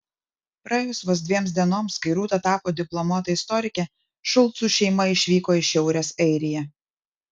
praėjus vos dviems dienoms kai rūta tapo diplomuota istorike šulcų šeima išvyko į šiaurės airiją